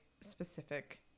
specific